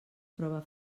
prova